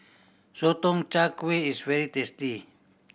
Sotong Char Kway is very tasty